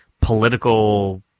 political